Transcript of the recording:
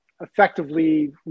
effectively